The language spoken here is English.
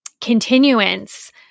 continuance